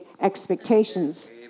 expectations